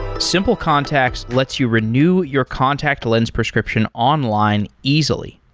simple contacts lets you renew your contact lens prescription online easily.